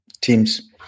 teams